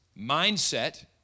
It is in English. mindset